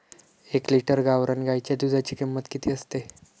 एक लिटर गावरान गाईच्या दुधाची किंमत किती असते?